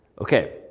Okay